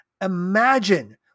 imagine